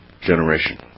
generation